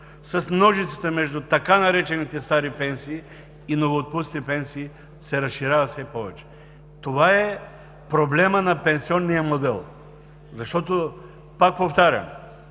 с ножицата между така наречените стари пенсии и новоотпуснатите пенсии се разширява все повече. Това е проблемът на пенсионния модел. Пак повтарям,